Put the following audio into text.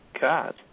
God